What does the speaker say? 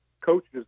coaches